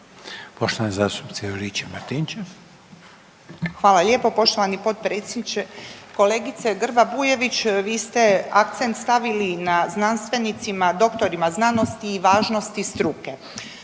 Branka (HDZ)** Hvala lijepo poštovani potpredsjedniče. Kolegice Grba Bujević vi ste akcent stavili na znanstvenicima, doktorima znanosti i važnosti struke.